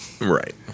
Right